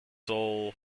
sole